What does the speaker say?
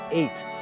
eight